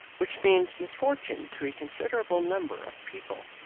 which means misfortune to a considerable number of people.